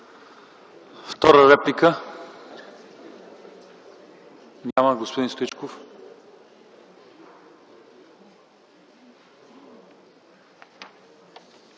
Втора реплика? Няма. Господин Стоичков.